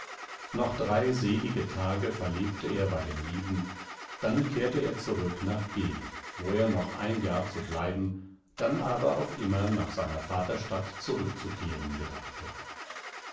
noch drei selige tage verlebte er bei den lieben dann kehrte er zurück nach g wo er noch ein jahr zu bleiben dann aber auf immer nach seiner vaterstadt zurückzukehren gedachte